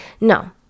no